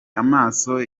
amaso